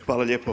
Hvala lijepo.